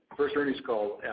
first earnings call,